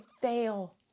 fail